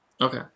Okay